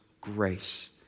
grace